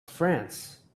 france